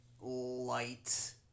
light